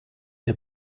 der